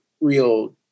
real